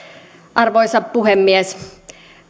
arvoisa puhemies